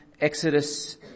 Exodus